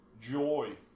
joy